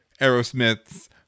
Aerosmith's